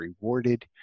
rewarded